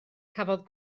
cafodd